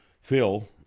Phil